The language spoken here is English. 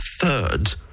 third